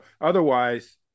otherwise